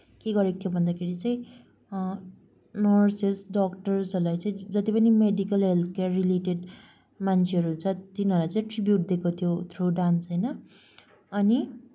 के गरेको थियो भन्दाखेरि चाहिँ नर्सेस डक्टर्सहरूलाई चाहिँ जति पनि मेडिकल हेल्थ केयर रिलेटेड मान्छेहरू छ तिनीहरूलाई चाहिँ ट्रिब्युट दिएको थियो थ्रु डान्स होइन अनि